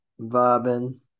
Vibing